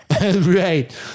Right